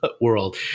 world